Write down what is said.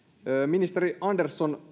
ministeri andersson